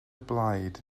blaid